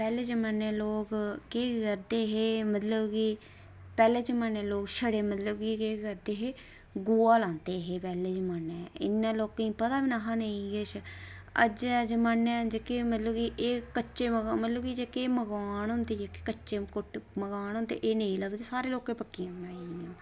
पैह्ले जमानै च लोक मतलब केह् करदे हे कि पैह्ले जमानै लोक छड़े मतलब कि केह् करदे हे गोहा लांदे हे पैह्ले जमानै ई इन्ना लोकें गी पता निहां नेईं किश अज्ज दे जमानै च एह् मतलब कि कच्चे जेह्के मतलब कि मकान होंदे कच्चे मतलब कि एह् मकान नेईं लभदे सारें लोकें पक्कियां बनाई दियां